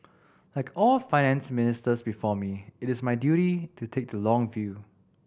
like all Finance Ministers before me it is my duty to take the long view